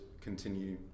continue